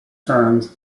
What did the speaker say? terms